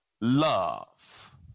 Love